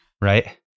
Right